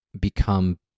become